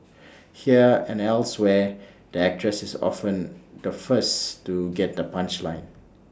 here and elsewhere the actress is often the first to get the punchline